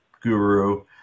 guru